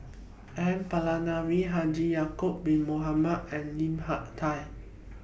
N Palanivelu Haji Ya'Acob Bin Mohamed and Lim Hak Tai